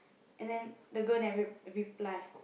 and then the girl never re~ reply